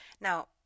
Now